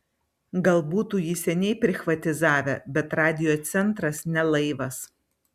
gal būtų jį seniai prichvatizavę bet radijo centras ne laivas